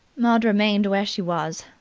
maud remained where she was,